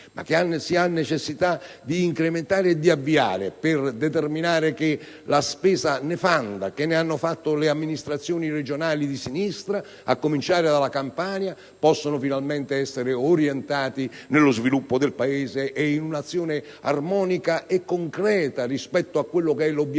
ma che si ha necessità di incrementare e di avviare, per far sì che la spesa nefanda che hanno fatto le amministrazioni regionali di sinistra (a cominciare dalla Campania) possa finalmente essere orientata verso lo sviluppo del Paese e verso un'azione armonica e concreta rispetto all'obiettivo